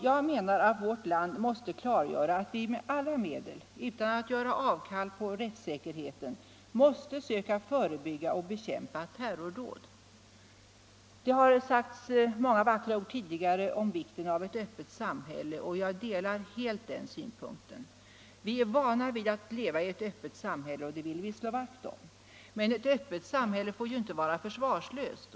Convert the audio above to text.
Jag menar att vårt land måste klargöra att vi med alla medel — utan att ge avkall på rättssäkerheten — vill söka förebygga och bekämpa terrordåd. Det har sagts många vackra ord tidigare om vikten av ett öppet samhälle, och jag delar den synen. Vi är vana vid att leva i ett öppet samhälle, och det vill vi slå vakt om. Men ett öppet samhälle får inte vara försvarslöst.